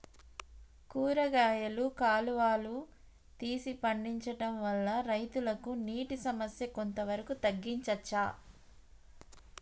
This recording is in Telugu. కూరగాయలు కాలువలు తీసి పండించడం వల్ల రైతులకు నీటి సమస్య కొంత వరకు తగ్గించచ్చా?